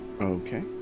Okay